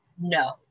no